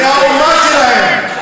מהאומה שלהם,